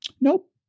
Nope